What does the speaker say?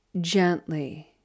gently